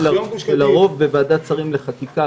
לרוב בוועדת שרים לחקיקה,